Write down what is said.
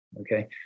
okay